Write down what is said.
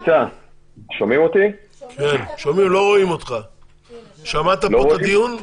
שמעת פה את הדיון?